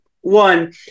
one